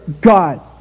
God